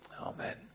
Amen